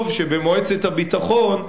טוב שבמועצת הביטחון,